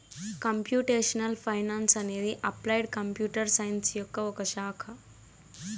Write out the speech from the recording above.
computational finance అనేది applied computer science యొక్క ఒక శాఖ